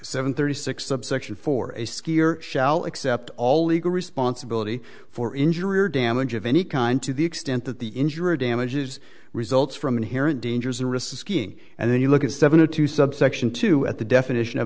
seven thirty six subsection for a skier shall accept all legal responsibility for injury or damage of any kind to the extent that the injury damages results from inherent dangers or risking and then you look at seventy two subsection two at the definition of